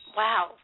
wow